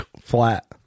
flat